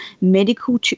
medical